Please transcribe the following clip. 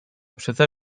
przeze